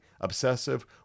obsessive